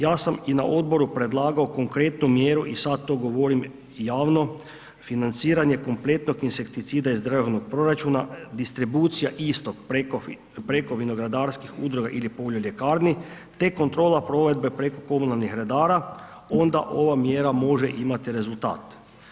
Ja sam i na Odboru predlagao konkretnu mjeru, i sad to govorim javno, financiranje kompletnog insekticida iz državnog proračuna, distribucija istog preko vinogradarskih udruga ili poljoljekarni, te kontrola provedbe preko komunalnih redara, onda ova mjera može imati rezultat.